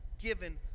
given